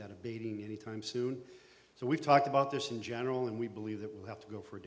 that abating anytime soon so we've talked about this in general and we believe that we'll have to go for